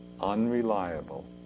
unreliable